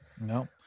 No